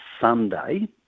Sunday